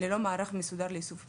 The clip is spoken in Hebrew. ללא מערך מסודר לאיסוף פסולת.